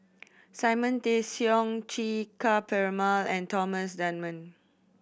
Simon Tay Seong Chee Ka Perumal and Thomas Dunman